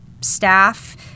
staff